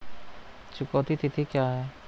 चुकौती तिथि क्या है?